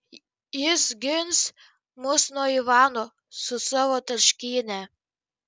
jis gins mus nuo ivano su savo tarškyne